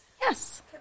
Yes